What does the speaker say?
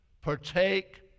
partake